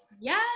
Yes